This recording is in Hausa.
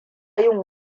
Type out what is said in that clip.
yin